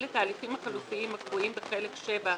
את ההליכים החלופיים הקבועים בחלק VII,